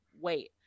wait